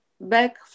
back